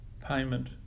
payment